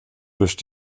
durch